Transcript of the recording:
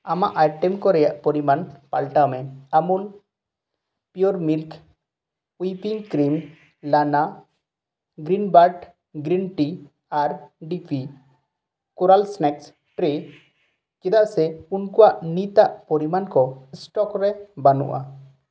ᱟᱢᱟᱜ ᱟᱭᱴᱮᱢ ᱠᱚ ᱨᱮᱭᱟᱜ ᱯᱚᱨᱤᱢᱟᱱ ᱯᱟᱞᱴᱟᱣ ᱢᱮ ᱟᱢᱩᱞ ᱯᱤᱭᱳᱨ ᱢᱤᱞᱠ ᱩᱭᱤᱯᱤᱠ ᱠᱨᱤᱢ ᱨᱮ ᱞᱟᱱᱟ ᱜᱨᱤᱱ ᱵᱟᱴ ᱜᱨᱤᱱ ᱴᱤ ᱟᱨ ᱰᱤᱯᱤ ᱠᱚᱨᱟᱞ ᱥᱮᱱᱠᱥ ᱴᱨᱮ ᱪᱮᱫᱟᱜ ᱥᱮ ᱩᱱᱠᱩᱣᱟᱜ ᱱᱤᱛᱟᱜ ᱯᱚᱨᱤᱢᱟᱱ ᱠᱚ ᱥᱴᱚᱠᱨᱮ ᱵᱟᱹᱱᱩᱜᱼᱟ